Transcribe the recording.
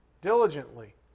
diligently